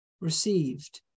received